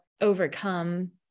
overcome